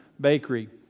Bakery